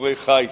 כגיבורי חיל.